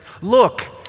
Look